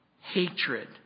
hatred